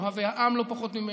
אוהבי העם לא פחות ממני,